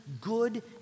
good